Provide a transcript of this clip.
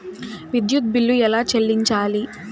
విద్యుత్ బిల్ ఎలా చెల్లించాలి?